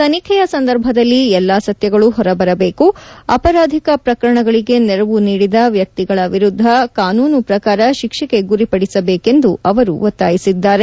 ತನಿಖೆಯ ಸಂದರ್ಭದಲ್ಲಿ ಎಲ್ಲಾ ಸತ್ಯಗಳು ಹೊರಬರಬೇಕು ಅಪರಾಧಿಕ ಪ್ರಕರಣಗಳಿಗೆ ನೆರವು ನೀಡಿದ ವ್ಯಕ್ತಿಗಳ ವಿರುದ್ದ ಕಾನೂನು ಪ್ರಕಾರ ಶಿಕ್ಷೆಗೆ ಗುರಿಪಡಿಸಿಬೇಕೆಂದು ಅವರು ಒತ್ತಾಯಿಸಿದ್ದಾರೆ